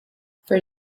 for